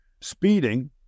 speeding